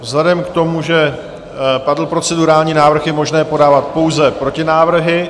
Vzhledem k tomu, že padl procedurální návrh, je možné podávat pouze protinávrhy.